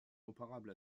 comparable